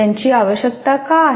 त्यांची आवश्यकता का आहे